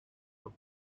are